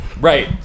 Right